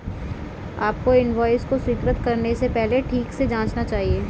आपको इनवॉइस को स्वीकृत करने से पहले ठीक से जांचना चाहिए